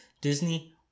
Disney